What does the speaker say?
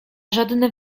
żadne